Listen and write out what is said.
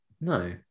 no